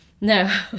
No